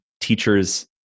teachers